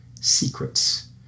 secrets